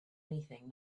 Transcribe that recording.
anything